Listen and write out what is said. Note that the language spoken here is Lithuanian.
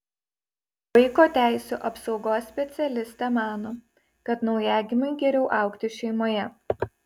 vaiko teisių apsaugos specialistė mano kad naujagimiui geriau augti šeimoje